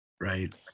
Right